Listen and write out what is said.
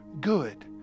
good